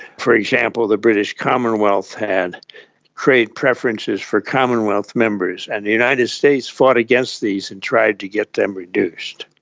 for example the british commonwealth had trade preferences for commonwealth members, and the united states fought against these and tried to get them reduced.